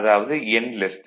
அதாவது n 0